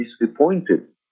disappointed